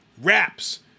Wraps